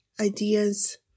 ideas